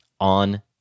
on